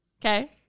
okay